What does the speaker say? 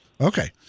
Okay